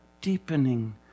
deepening